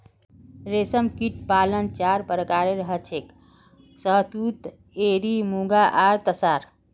रेशमकीट पालन चार प्रकारेर हछेक शहतूत एरी मुगा आर तासार